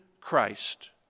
Christ